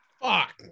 fuck